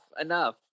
enough